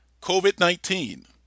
COVID-19